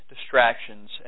distractions